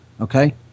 Okay